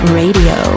radio